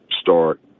start